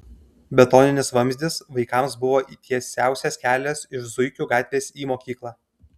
betoninis vamzdis vaikams buvo tiesiausias kelias iš zuikių gatvės į mokyklą